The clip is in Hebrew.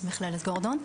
במכללת גורדון.